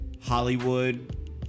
Hollywood